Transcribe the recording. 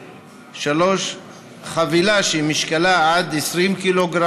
3. חבילה שמשקלה עד 20 ק"ג.